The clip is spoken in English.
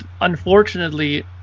unfortunately